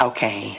Okay